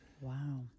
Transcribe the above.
Wow